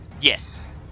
Yes